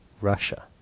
Russia